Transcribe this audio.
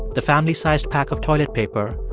the family-sized pack of toilet paper,